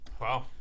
Wow